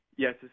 Yes